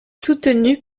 soutenu